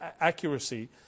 accuracy